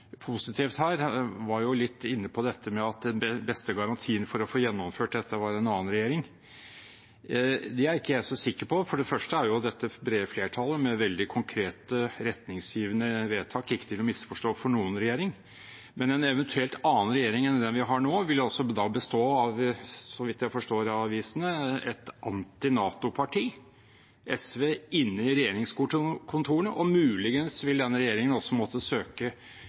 litt inne på at den beste garantien for å få gjennomført dette var en annen regjering. Det er ikke jeg så sikker på. For det første er dette brede flertallet med veldig konkrete retningsgivende vedtak ikke til å misforstå for noen regjering. Men en eventuell annen regjering enn den vi har nå, vil da bestå av – så vidt jeg forstår av avisene – et anti-NATO-parti, SV, inne i regjeringskontorene, og muligens vil den regjeringen også måtte søke